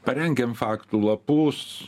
parengėm faktų lapus